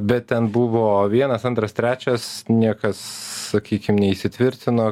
bet ten buvo vienas antras trečias niekas sakykim neįsitvirtino